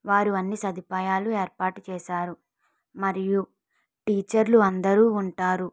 వారు అన్నీ సదుపాయాలు ఏర్పాటు చేసారు మరియు టీచర్లు అందరు ఉంటారు